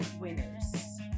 winners